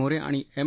मोरे आणि एम